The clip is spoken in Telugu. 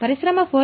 పరిశ్రమ 4